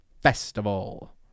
festival